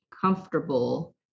comfortable